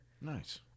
Nice